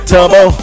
Turbo